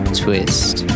twist